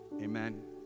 amen